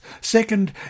Second